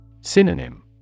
Synonym